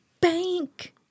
bank